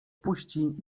puści